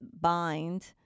bind